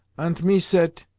ant me sayt,